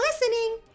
listening